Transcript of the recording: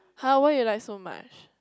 [huh] why you like so much